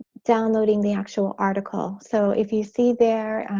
downloading the actual article. so if you see there,